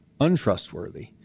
untrustworthy